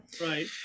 right